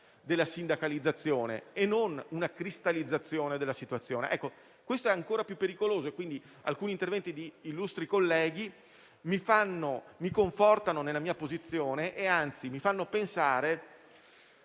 tale sindacalizzazione e non una cristallizzazione della situazione. Questo è ancora più pericoloso. Quindi, alcuni interventi di illustri colleghi mi confortano nella mia posizione e, anzi, mi fanno pensare